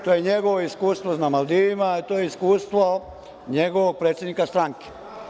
To je njegovo iskustvo na Maldivima, to je iskustvo njegovog predsednika stranke.